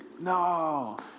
no